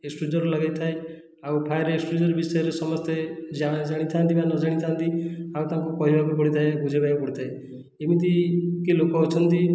ଏସ୍ଟ୍ରୋଜର ଲଗାଇଥାଏ ଆଉ ଫାୟାର୍ ଏସ୍ଟ୍ରୋଜର ବିଷୟରେ ସମସ୍ତେ ଜାଣିଥାନ୍ତି ବା ନ ଜାଣିଥାନ୍ତି ଆଉ ତାଙ୍କୁ କହିବାକୁ ପଡ଼ିଥାଏ ବୁଝାଇବା ବି ପଡ଼ିଥାଏ ଏମିତି କି ଲୋକ ଅଛନ୍ତି